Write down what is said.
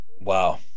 Wow